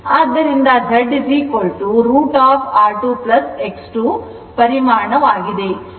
ಆದ್ದರಿಂದ Z √ over r R2 X ಪರಿಮಾಣ ಆಗಿದೆ